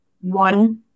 one